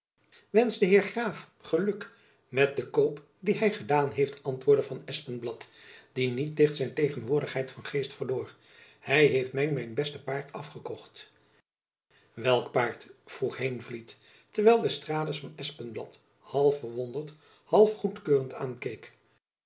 wensch den heer graaf geluk met den koop dien hy gedaan heeft antwoordde van espenblad die niet licht zijn tegenwoordigheid van geest verloor hy heeft my mijn beste paard afgekocht welk paard vroeg heenvliet terwijl d'estrades van espenblad half verwonderd half goedkeurend aankeek